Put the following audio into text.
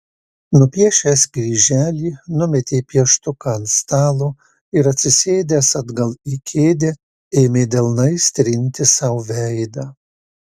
nupiešęs kryželį numetė pieštuką ant stalo ir atsisėdęs atgal į kėdę ėmė delnais trinti sau veidą